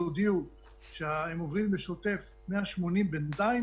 הודיעו שהם עוברים לשוטף 180 בינתיים,